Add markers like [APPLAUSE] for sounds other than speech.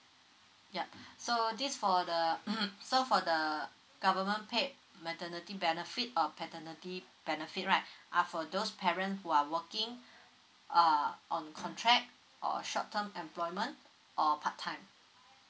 ya [BREATH] so this for the [COUGHS] so for the government paid maternity benefit or paternity benefit right [BREATH] are for those parent who are working [BREATH] uh on contract or short term employment or part time